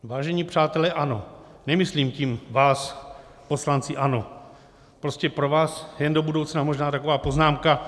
Vážení přátelé ANO, nemyslím tím vás, poslanci ANO, prostě pro vás jen do budoucna možná taková poznámka.